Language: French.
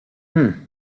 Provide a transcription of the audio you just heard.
hum